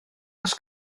oes